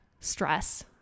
stress